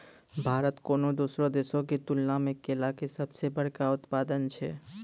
भारत कोनो दोसरो देशो के तुलना मे केला के सभ से बड़का उत्पादक छै